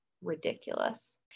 ridiculous